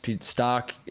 stock